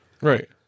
Right